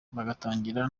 bagatangira